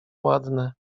ładne